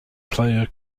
player